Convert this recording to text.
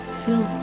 feel